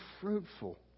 fruitful